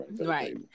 right